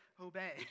obey